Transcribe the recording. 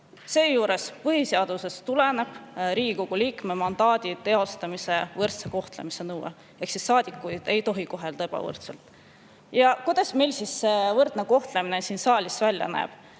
võtta. Põhiseadusest tuleneb aga Riigikogu liikme mandaadi teostamise võrdse kohtlemise nõue: saadikuid ei tohi kohelda ebavõrdselt. Aga kuidas meil see võrdne kohtlemine siin saalis välja näeb?